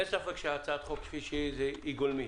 אין ספק שהצעת החוק כפי שהיא היא גולמית.